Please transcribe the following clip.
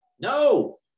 No